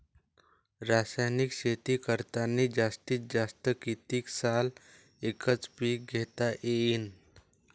रासायनिक शेती करतांनी जास्तीत जास्त कितीक साल एकच एक पीक घेता येईन?